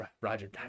Roger